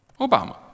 Obama